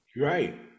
right